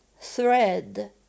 thread